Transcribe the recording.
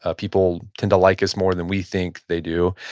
ah people tend to like us more than we think they do,